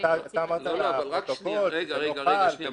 אמרת לפרוטוקול --- רבותיי,